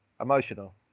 emotional